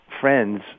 friends